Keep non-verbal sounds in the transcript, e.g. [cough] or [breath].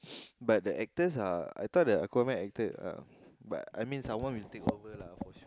[breath] but the actors are I thought the Aquaman actor um but I mean someone will take over lah for sure